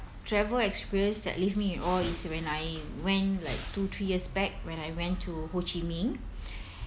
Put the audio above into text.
travel experience that leave me in awe is when I went like two three years back when I went to [ho] chi minh